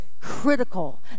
critical